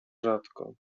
rzadko